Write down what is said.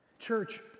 Church